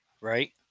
Right